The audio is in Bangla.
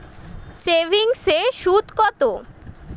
সেভিংসে সুদ কত?